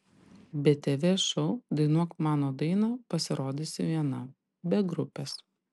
btv šou dainuok mano dainą pasirodysi viena be grupės